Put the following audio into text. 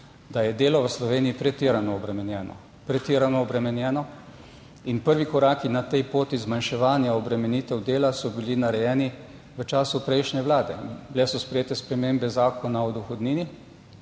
obremenjeno, pretirano obremenjeno in prvi koraki na tej poti zmanjševanja obremenitev dela so bili narejeni v času prejšnje vlade. Bile so sprejete spremembe Zakona o dohodnini